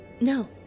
No